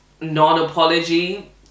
non-apology